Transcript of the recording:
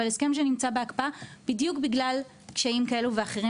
אבל הסכם שנמצא בהקפאה בדיוק בגלל קשיים כאלה ואחרים